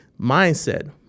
mindset